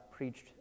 Preached